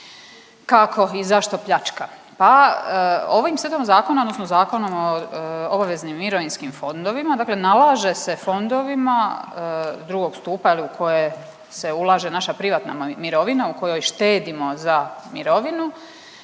Kako i zašto pljačka? Pa ovim setom zakona odnosno Zakonom o obveznim mirovinskim fondovima nalaže se fondovima drugog stupa u koje se ulaže naša privatna mirovina, u kojoj štedimo za mirovinu,